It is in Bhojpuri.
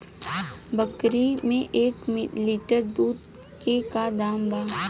बकरी के एक लीटर दूध के का दाम बा?